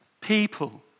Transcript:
people